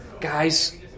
guys